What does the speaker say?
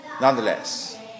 nonetheless